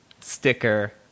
sticker